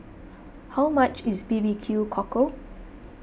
how much is B B Q Cockle